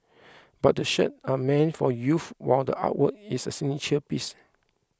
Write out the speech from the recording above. but the shirt are meant for youth while the artwork is a signature piece